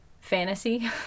fantasy